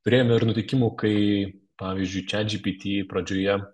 turėjome ir nutikimų kai pavyzdžiui chatgpt pradžioje